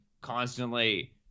constantly